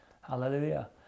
hallelujah